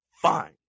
fine